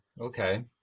Okay